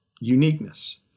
uniqueness